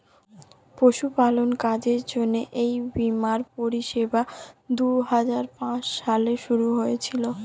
পশুপালনের কাজের জন্য এই বীমার পরিষেবা দুহাজার পাঁচ সালে শুরু হয়েছিল